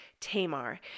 Tamar